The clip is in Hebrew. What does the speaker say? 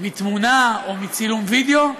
מתמונה או מצילום וידיאו,